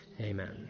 Amen